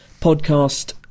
podcast